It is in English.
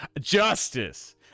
justice